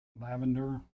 lavender